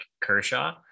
Kershaw